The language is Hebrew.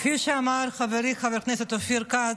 כפי שאמר חברי חבר הכנסת אופיר כץ,